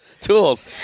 Tools